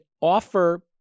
offer